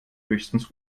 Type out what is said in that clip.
höchstens